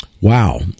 Wow